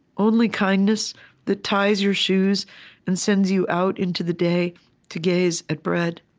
only kindness that ties your shoes and sends you out into the day to gaze at bread,